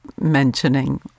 mentioning